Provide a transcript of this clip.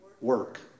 Work